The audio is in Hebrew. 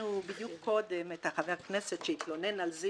שמענו קודם את חבר הכנסת שהתלונן על זה